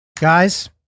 Guys